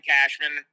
Cashman